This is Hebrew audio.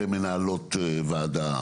שבמקרה מנהלות ועדה.